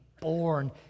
born